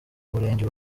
murenge